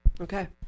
Okay